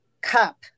cup